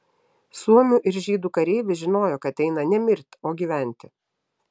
suomių ir žydų kareivis žinojo kad eina ne mirt o gyventi